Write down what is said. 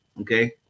Okay